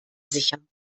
sicher